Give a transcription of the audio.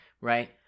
Right